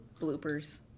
Bloopers